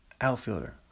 outfielder